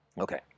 Okay